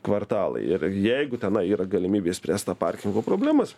kvartalai ir jeigu tenai yra galimybė spręst tą parkingo problemas